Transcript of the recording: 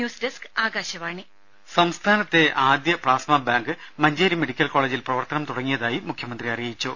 news desk Akashvani രുമ സംസ്ഥാനത്തെ ആദ്യ പ്ലാസ്മ ബാങ്ക് മഞ്ചേരി മെഡിക്കൽ കോളജിൽ പ്രവർത്തനം തുടങ്ങിയതായി മുഖ്യമന്ത്രി അറിയിച്ചു